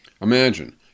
Imagine